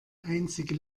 einzige